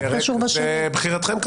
זה כמובן לבחירתכם.